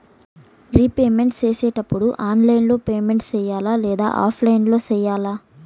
repayment సేసేటప్పుడు online లో payment సేయాలా లేదా ఆఫ్లైన్ లో సేయాలా